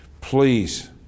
please